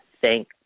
Thank